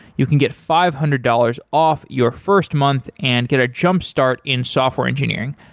you can get five hundred dollars off your first month and get a jumpstart in software engineering.